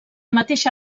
mateixa